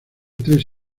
tres